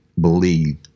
believe